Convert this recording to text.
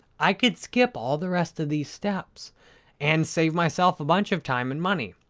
i could skip all the rest of these steps and save myself a bunch of time and money.